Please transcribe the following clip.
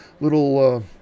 Little